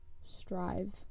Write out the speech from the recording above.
strive